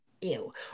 Ew